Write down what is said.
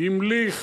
המליך